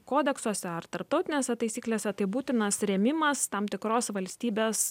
kodeksuose ar tarptautinėse taisyklėse tai būtinas rėmimas tam tikros valstybės